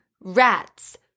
rats